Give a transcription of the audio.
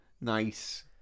Nice